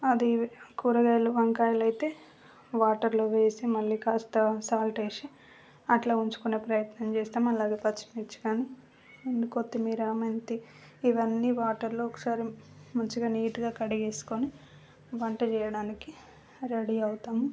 అది కూరగాయలు వంకాయలు అయితే వాటర్లో వేసి మళ్ళీ కాస్త సాల్ట్ వేసి అట్ల ఉంచుకునే ప్రయత్నం చేస్తాం అలాగే పచ్చిమిర్చి కానీ అండ్ కొత్తిమీర మెంతి ఇవన్నీ వాటర్లో ఒకసారి మంచిగా నీట్గా కడిగేసుకుని వంట చేయడానికి రెడీ అవుతాము